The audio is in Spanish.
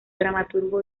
dramaturgo